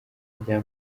rya